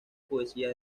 poesía